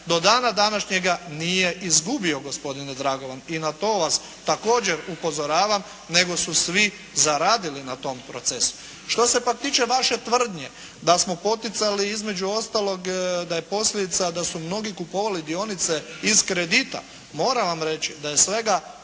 do dana današnjega nije izgubio gospodine Dragovan, i na to vas također upozoravam, nego su svi zaradili na tom procesu. Što se pak tiče vaše tvrdnje da smo poticali između ostalog, da je posljedica da su mnogi kupovali dionice iz kredita, moram vam reći da je svega